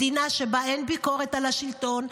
מדינה שבה אין ביקורת על השלטון,